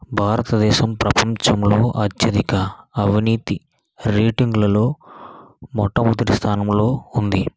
భారతదేశం ప్రపంచంలో అత్యధిక అవినీతి రేటింగ్లలో మొట్టమొదటి స్థానంలో ఉంది